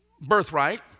birthright